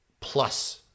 plus